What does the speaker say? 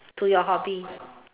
to your hobby